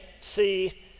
see